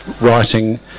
writing